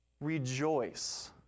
Rejoice